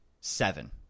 seven